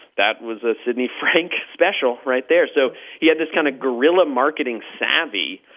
that was a sidney frank special right there. so he had this kind of guerrilla marketing savvy.